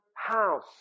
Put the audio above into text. House